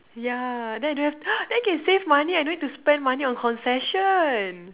ya then don't have then can save money I don't need spend money on concession